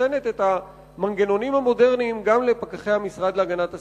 שנותנת את המנגנונים המודרניים גם לפקחי המשרד להגנת הסביבה.